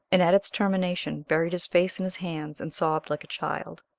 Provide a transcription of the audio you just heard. and at its termination, buried his face in his hands and sobbed like a child.